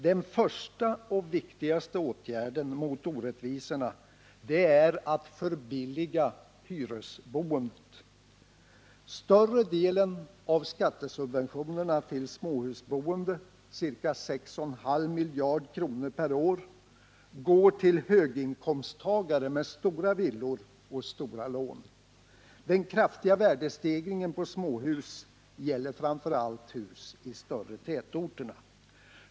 Den första och viktigaste åtgärden mot orättvisorna är att förbilliga hyresboendet. Större delen av skattesubventionerna till småhusboende — ca 6,5 miljarder kronor per år — går till höginkomsttagare med stora villor och stora lån. Den kraftiga värdestegringen på småhus gäller framför allt hus i de större tätorterna.